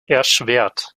erschwert